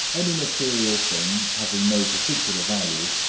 any material thing, having no particular value,